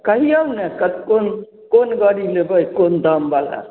कहिऔ ने कोन कोन गड़ी लेबै कोन दामबला